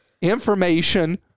information